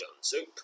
soup